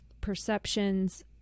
perceptions